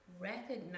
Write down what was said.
recognize